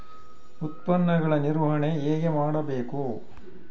ಉತ್ಪನ್ನಗಳ ನಿರ್ವಹಣೆ ಹೇಗೆ ಮಾಡಬೇಕು?